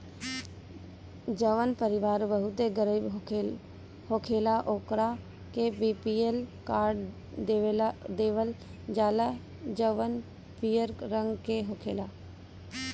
जवन परिवार बहुते गरीब होखेला ओकरा के बी.पी.एल कार्ड देवल जाला जवन पियर रंग के होखेला